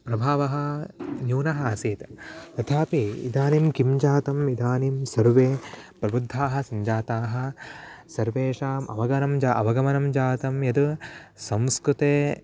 प्रभावः न्यूनः आसीत् तथापि इदानीं किं जातम् इदानीं सर्वे प्रबुद्धाः सञ्जाताः सर्वेषाम् अवगमनं जा अवगमनं जातं यद् संस्कृते